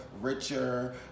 richer